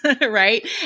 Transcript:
right